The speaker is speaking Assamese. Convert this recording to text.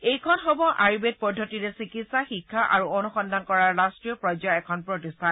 এইখন হব আৰ্য়ুবেদ পদ্ধতিৰে চিকিৎসা শিক্ষা আৰু অনুসন্ধান কৰাৰ ৰাষ্ট্ৰীয় পৰ্যায়ৰ এখন প্ৰতিষ্ঠান